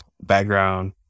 background